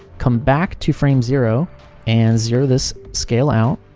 come back to frame zero and zero this scale out.